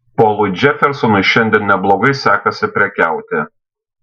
polui džefersonui šiandien neblogai sekasi prekiauti